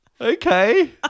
Okay